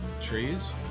Trees